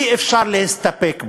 אי-אפשר להסתפק בו.